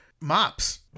mops